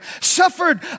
suffered